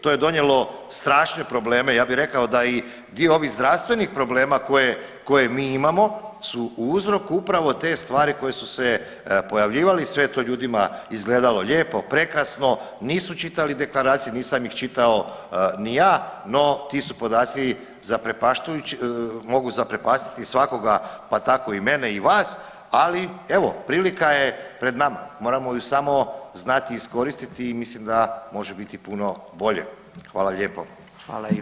To je donijelo strašne probleme ja bih rekao da i dio ovih zdravstvenih problema koje mi imamo su uzrok upravo te stvari koje su se pojavljivali i sve je to ljudima izgledalo lijepo prekrasno, nisu čitali deklaracije, nisam ih čitao ni ja, no ti su podaci zaprepašćujući, mogu zaprepastiti svakoga, pa tako i mene i vas, ali evo prilika je pred nama, moramo ju samo znati iskoristiti i mislim da može biti puno bolje, hvala lijepo.